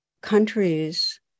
Countries